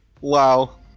Wow